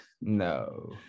No